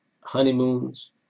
honeymoons